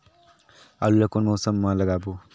आलू ला कोन मौसम मा लगाबो?